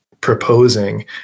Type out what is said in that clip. proposing